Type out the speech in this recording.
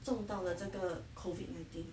中到了这个 COVID nineteen